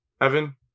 Evan